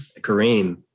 Kareem